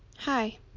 Hi